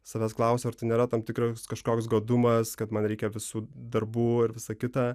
savęs klausiau ar tai nėra tam tikras kažkoks godumas man reikia visų darbų ir visa kita